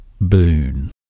boon